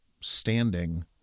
standing